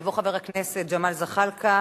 יבוא חבר הכנסת ג'מאל זחאלקה